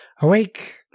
awake